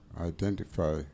identify